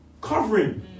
covering